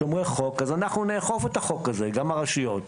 אז אנחנו נאכוף את החוק הזה גם הרשויות.